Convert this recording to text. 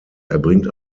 erbringt